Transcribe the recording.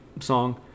song